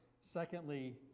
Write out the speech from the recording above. Secondly